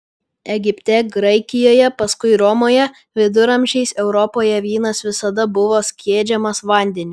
egipte graikijoje paskui romoje viduramžiais europoje vynas visada buvo skiedžiamas vandeniu